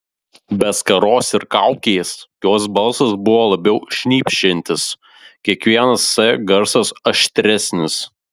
be skaros ir kaukės jos balsas buvo labiau šnypščiantis kiekvienas s garsas aštresnis